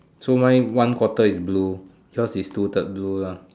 so mine one quarter is blue yours is two third blue lah